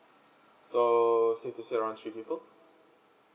so safe to say around three people